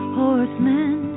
horsemen